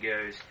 goes